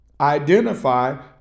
Identify